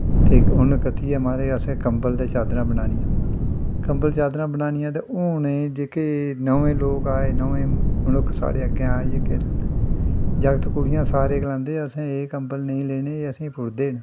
ते उन्न कत्तियै म्हाराज असें कम्बल ते चाद्दरां बनानियां कंम्बल चादरां बनानियां ते हून जेह्के नमें लोक आए नमें मनुक्ख साढ़े जेह्के आए जेह्के जागत कुड़ियां सारे गलांदे असें एह् कम्बल नेईं लैने एह् असेंगी पुड़दे न